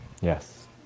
yes